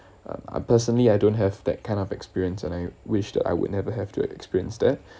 um I personally I don't have that kind of experience and I wish that I would never have to experience that